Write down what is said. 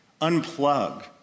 unplug